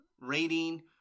rating